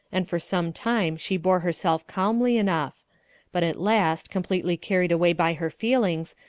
and for some time she bore herself calmly enough but at last, completely carried away by her feelings,